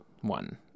one